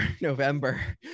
November